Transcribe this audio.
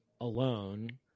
alone